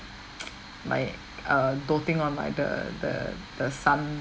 like uh doting on like the the the son